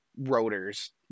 rotors